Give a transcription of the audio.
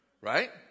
Right